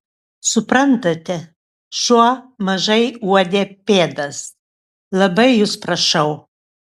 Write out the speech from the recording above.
suprantate šuo mažai uodė pėdas labai jus prašau